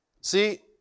See